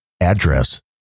address